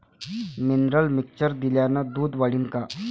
Mineral mixture दिल्यानं दूध वाढीनं का?